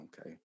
okay